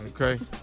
Okay